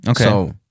Okay